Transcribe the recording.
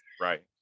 Right